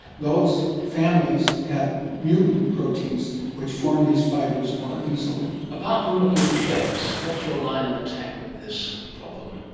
those families have mutant proteins which form these fibres more easily. apart from looking at the shapes, what's your line of attack with this problem?